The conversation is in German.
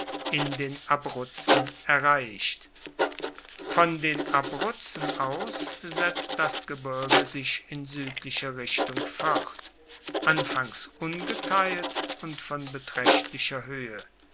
in den abruzzen erreicht von den abruzzen aus setzt das gebirge sich in suedlicher richtung fort anfangs ungeteilt und von betraechtlicher hoehe